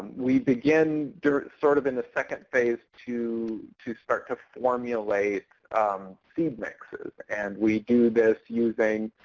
we begin, sort of in the second phase, to to start to formulate seed mixes. and we do this using